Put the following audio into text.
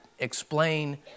explain